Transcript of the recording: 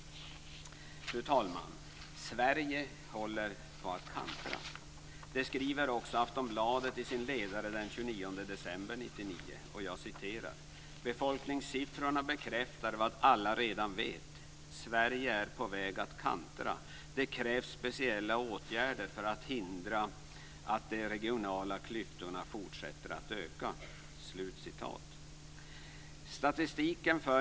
Fru talman! Sverige håller på att kantra. Det skriver också Aftonbladet i sin ledare den 29 december 1999: Befolkningssiffrorna bekräftar vad alla redan vet: Sverige är på väg att kantra. Det krävs speciella åtgärder för att hindra att de regionala klyftorna fortsätter att öka.